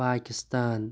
Pakistan